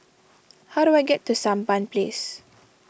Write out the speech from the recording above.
how do I get to Sampan Place